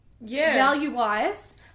value-wise